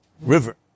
River